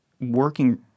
working